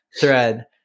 thread